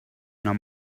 not